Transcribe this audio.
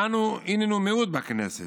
אנו היננו מיעוט בכנסת,